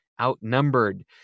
outnumbered